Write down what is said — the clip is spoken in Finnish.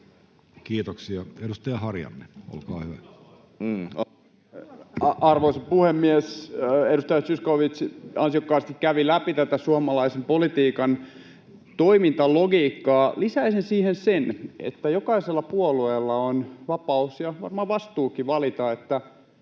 asemasta Time: 13:43 Content: Arvoisa puhemies! Edustaja Zyskowicz ansiokkaasti kävi läpi tätä suomalaisen politiikan toimintalogiikkaa. Lisäisin siihen sen, että jokaisella puolueella on vapaus ja varmaan vastuukin valita,